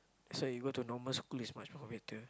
so you go to normal school is much more better